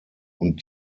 und